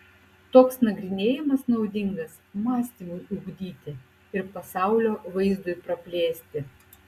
toks nagrinėjimas naudingas mąstymui ugdyti ir pasaulio vaizdui praplėsti